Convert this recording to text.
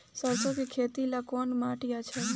सरसों के खेती ला कवन माटी अच्छा बा?